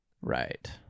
Right